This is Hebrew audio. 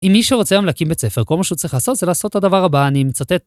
אם מישהו רוצה היום להקים בית ספר, כל מה שהוא צריך לעשות זה לעשות הדבר הבא, אני מצטט.